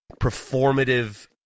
performative